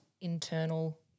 internal